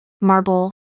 marble